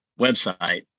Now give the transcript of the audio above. website